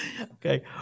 Okay